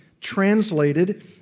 translated